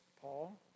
Paul